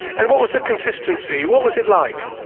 and what was the consistency, what was it like?